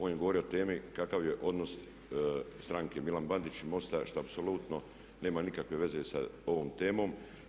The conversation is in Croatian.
On je govorio o temi kakav je odnos stranke Milan Bandić i MOST-a što apsolutno nema nikakve veze sa ovom temom.